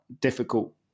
difficult